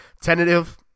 tentative